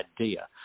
idea